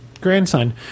grandson